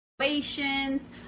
situations